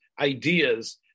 ideas